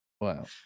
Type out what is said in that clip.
Wow